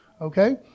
okay